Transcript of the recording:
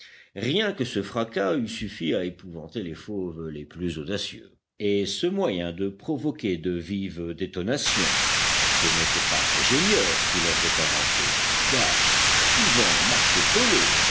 rien que ce fracas eût suffi à épouvanter les fauves les plus audacieux et ce moyen de provoquer de vives détonations ce n'était pas l'ingénieur qui l'avait inventé car suivant marco polo